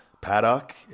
Paddock